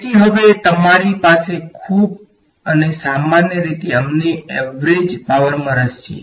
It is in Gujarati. તેથી હવે તમારી પાસે ખૂબ અને સામાન્ય રીતે અમને એવરેજ પાવરમાં રસ છે